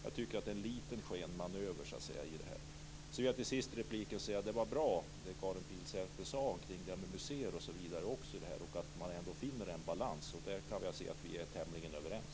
Jag tycker att det ligger en liten skenmanöver i detta. Jag vill till sist i repliken säga att det Karin Pilsäter sade om museer och om att man skall finna en balans var bra. Där kan jag se att vi är tämligen överens.